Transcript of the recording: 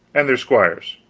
and their squires.